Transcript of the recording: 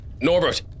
Norbert